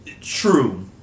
True